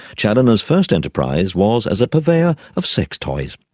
chaloner's first enterprise was as a purveyor of sex toys.